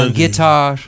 guitar